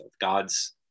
god's